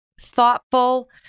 thoughtful